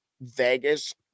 Vegas